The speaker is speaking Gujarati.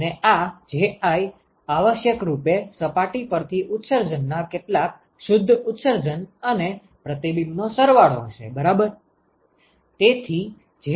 અને આ Ji આવશ્યકરૂપે સપાટી પરથી ઉત્સર્જન ના કેટલાક શુદ્ધ ઉત્સર્જન અને પ્રતિબિંબનો સરવાળો હશે બરાબર